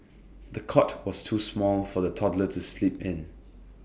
the cot was too small for the toddler to sleep in